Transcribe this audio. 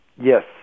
Yes